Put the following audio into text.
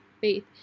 faith